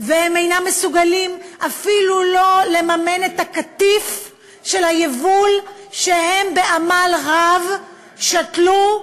והם אינם מסוגלים אפילו לממן את הקטיף של היבול שהם בעמל רב שתלו,